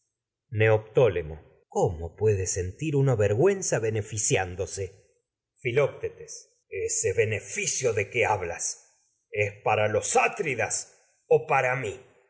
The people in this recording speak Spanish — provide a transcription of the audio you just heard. neoptólemo cómo puede séntir uno vergüenza beneficiándose filoctetes ese beneficio de que hablas es para los atridas o para mi